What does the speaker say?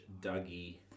Dougie